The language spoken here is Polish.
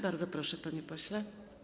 Bardzo proszę, panie pośle.